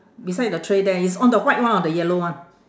beside the tray there it's on the white one or the yellow one